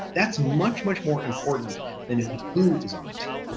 that's much much more important that who is on a team.